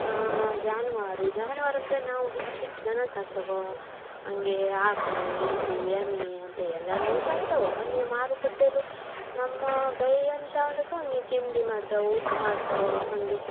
ಜಾನುವಾರು ಜಾನುವಾರು ಅಂದರೆ ನಾವು ಹೆಚ್ಚು ಹೆಚ್ಚು ದನ ಸಾಕ್ತವ ಹಂಗೇ ಆಕಳು ಎತ್ತು ಎಮ್ಮೆ ಅಂತ ಎಲ್ಲನೂ ಸಾಕ್ತವ ಹಾಗೇ ಮಾರುಕಟ್ಟೆಲೂ ನಮ್ಮ ಮಾಡ್ತವು ಉದ್ದು ಮಾಡ್ತವು ಹಾಗೆ